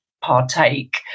partake